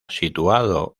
situado